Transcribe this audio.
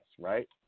right